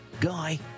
guy